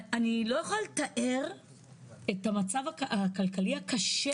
אני לא יכולה לתאר את המצב הכלכלי הקשה